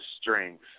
strength